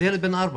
ילד בן ארבע